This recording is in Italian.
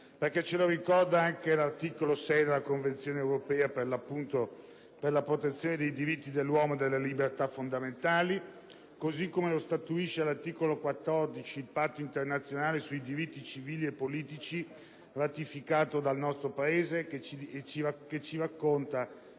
Ce lo ricorda anche l'articolo 6 della Convenzione europea per la protezione dei diritti dell'uomo e delle libertà fondamentali, così come lo statuisce l'articolo 14 del Patto internazionale sui diritti civili e politici, ratificato dal nostro Paese, che ci racconta